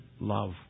love